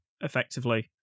effectively